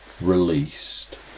released